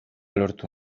lortu